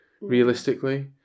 realistically